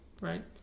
Right